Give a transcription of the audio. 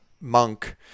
monk